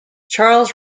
charles